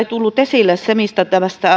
tullut esille se mitä